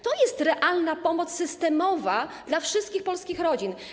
To jest realna pomoc systemowa dla wszystkich polskich rodzin.